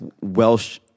welsh